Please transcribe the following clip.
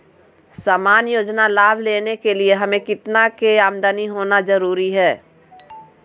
सामान्य योजना लाभ लेने के लिए हमें कितना के आमदनी होना जरूरी है?